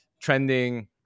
trending